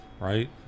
right